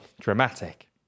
dramatic